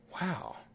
Wow